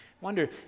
Wonder